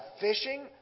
fishing